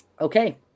Okay